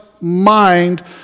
mind